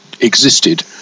existed